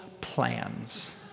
plans